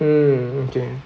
mm okay